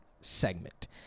segment